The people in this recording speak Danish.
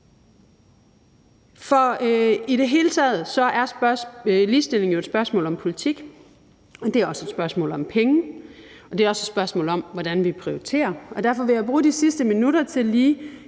For i det hele taget er ligestilling jo et spørgsmål om politik. Det er også et spørgsmål om penge. Og det er også et spørgsmål om, hvordan vi prioriterer. Og derfor vil jeg bruge de sidste minutter til lige